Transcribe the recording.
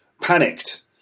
panicked